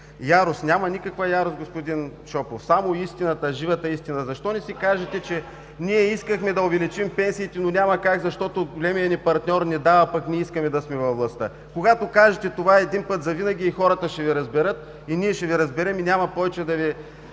Ярост. Няма никаква ярост, господин Шопов! Само истината, живата истина. Защо не си кажете: ние искахме да увеличим пенсиите, но няма как, защото големият ни партньор не дава, пък ние искаме да сме във властта! Когато кажете това, един път завинаги хората ще Ви разберат, и ние ще Ви разберем, и няма повече да Ви